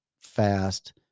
fast